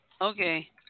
Okay